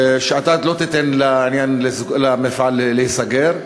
שאתה לא תיתן למפעל להיסגר.